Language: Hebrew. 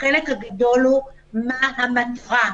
החלק הגדול הוא מה המטרה,